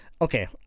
okay